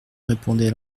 répondait